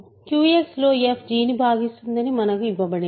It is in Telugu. QX లో f g ను భాగిస్తుందని మనకు ఇవ్వబడింది